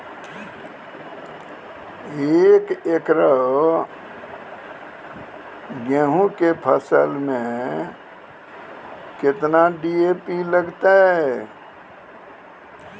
एक एकरऽ गेहूँ के फसल मे केतना डी.ए.पी लगतै?